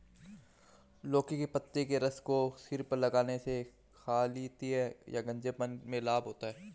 लौकी के पत्ते के रस को सिर पर लगाने से खालित्य या गंजेपन में लाभ होता है